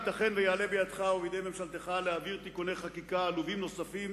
ייתכן שיעלה בידך ובידי ממשלתך להעביר תיקוני חקיקה עלובים נוספים